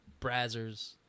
Brazzers